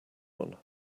one